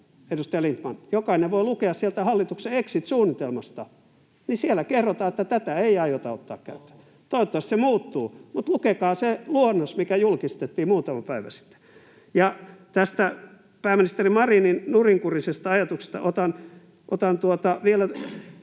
edustaja Lindtman, sieltä hallituksen exit-suunnitelmasta, että siellä kerrotaan, että tätä ei aiota ottaa käyttöön. Toivottavasti se muuttuu. Mutta lukekaa se luonnos, mikä julkistettiin muutama päivä sitten. Ja tästä pääministeri Marinin nurinkurisesta ajatuksesta — otan vielä